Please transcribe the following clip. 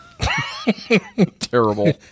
terrible